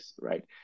right